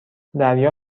دریا